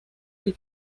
del